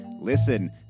listen